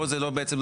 פה זה לא שינוי,